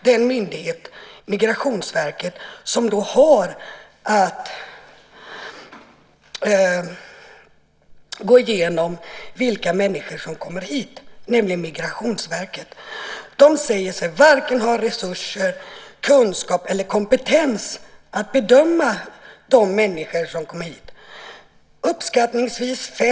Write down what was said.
Den myndighet som har att undersöka de människor som kommer hit - nämligen Migrationsverket - anser att man varken har resurser, kunskap eller kompetens att göra den bedömningen.